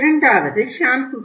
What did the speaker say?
இரண்டாவது ஷாம்புகள்